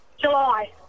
July